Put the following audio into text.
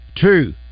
two